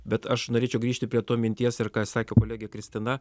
bet aš norėčiau grįžti prie to minties ir ką sakė kolegė kristina